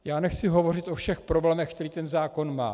Já nechci hovořit o všech problémech, který ten zákon má.